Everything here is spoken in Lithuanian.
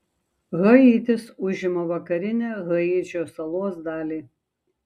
haitis užima vakarinę haičio salos dalį